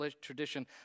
tradition